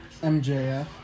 MJF